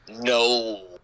No